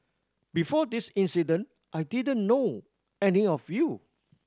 before this incident I didn't know any of you